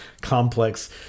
complex